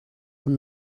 een